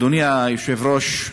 אדוני היושב-ראש,